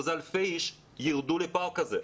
אלפים ירדו לפארק הזה,